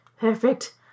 perfect